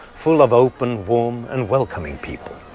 full of open, warm and welcoming people.